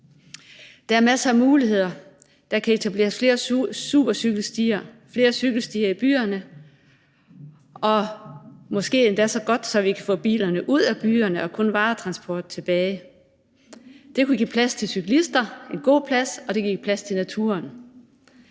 Der er masser af muligheder. Der kan etableres flere supercykelstier, flere cykelstier i byerne, og måske kan det endda blive så godt, at vi kan få bilerne ud af byerne, så der kun er varetransport tilbage. Det kunne give plads til cyklister, god plads, og det kan give plads til naturen.